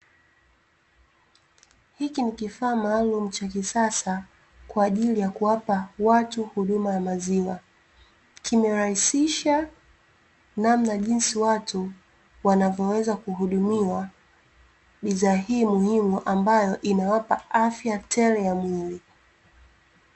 hiki ni kifaa maalum cha kisasa kwa ajili ya kuwapa watu huduma ya maziwa, kimerahisisha namna jinsi watu wanavyoweza kuhudumiwa bidhaa hii muhimu ambayo inawapa afya tele ya mwili .